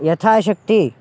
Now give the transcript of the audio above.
यथाशक्ति